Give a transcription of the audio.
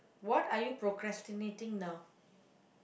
what are you procrastinating now